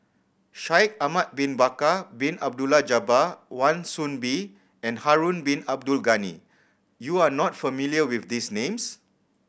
Shaikh Ahmad Bin Bakar Bin Abdullah Jabbar Wan Soon Bee and Harun Bin Abdul Ghani you are not familiar with these names